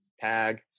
tag